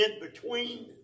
in-between